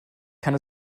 kann